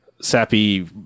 sappy